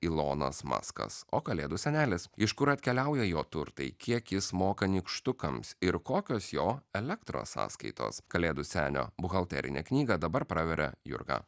ilonas maskas o kalėdų senelis iš kur atkeliauja jo turtai kiek jis moka nykštukams ir kokios jo elektros sąskaitos kalėdų senio buhalterinę knygą dabar praveria jurga